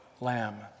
lamb